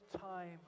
time